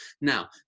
Now